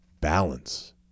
Balance